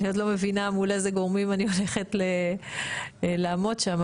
עוד לא מבינה מול איזה גורמים אני הולכת לעמוד שם?